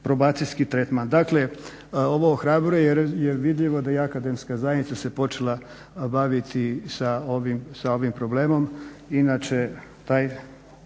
"Probacijski tretman". Dakle ovo ohrabruje jer vidljivo je da i akademska zajednica se počela baviti sa ovim problemom.